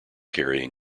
carrying